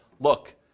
look